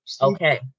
Okay